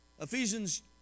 Ephesians